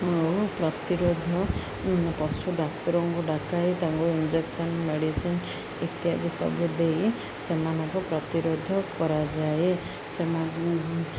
ଆଉ ପ୍ରତିରୋଧ ପଶୁ ଡାକ୍ତରଙ୍କୁ ଡକାଇ ତାଙ୍କୁ ଇଞ୍ଜେକ୍ସନ୍ ମେଡ଼ିସିନ୍ ଇତ୍ୟାଦି ସବୁ ଦେଇ ସେମାନଙ୍କୁ ପ୍ରତିରୋଧ କରାଯାଏ ସେମାନ